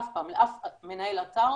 אף פעם, לאף מנהל אתר,